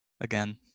again